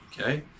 okay